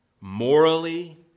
morally